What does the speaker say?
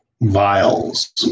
vials